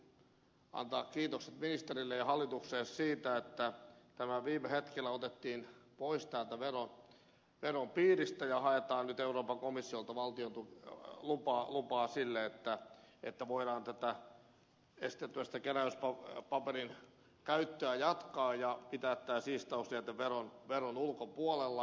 haluan aivan aluksi antaa kiitokset ministerille ja hallitukselle siitä että tämä viime hetkillä otettiin pois täältä veron piiristä ja haetaan nyt euroopan komissiolta lupaa sille että voidaan tätä esitettyä keräyspaperin käyttöä jatkaa ja pitää tämä siistauslieteveron ulkopuolella